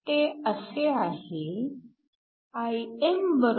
ते असे आहे Im 0